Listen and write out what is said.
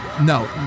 No